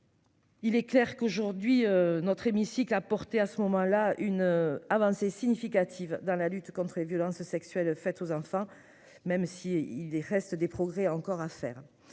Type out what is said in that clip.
Il est clair qu'aujourd'hui notre hémicycle apporter à ce moment-là une avancée significative dans la lutte contre et violences sexuelles faites aux enfants, même si il reste des progrès encore à faire